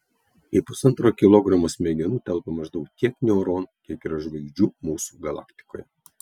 į pusantro kilogramo smegenų telpa maždaug tiek neuronų kiek yra žvaigždžių mūsų galaktikoje